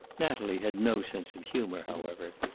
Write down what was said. natalie had no sense of humor, however.